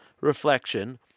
reflection